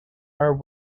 are